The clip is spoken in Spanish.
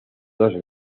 dos